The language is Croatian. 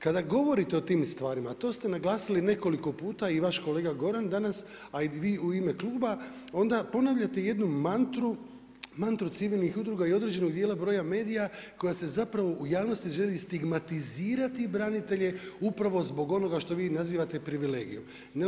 Kada govorite o tim stvarima, a to ste naglasili nekoliko puta i vaš kolega Goran danas, a i vi u ime kluba, onda ponavljate jednu mantru civilnih udruga i određenog broja medija, koja se zapravo u javnosti želi stigmatizirati branitelje upravo zbog onoga što vi nazivate privilegijom.